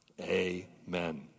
Amen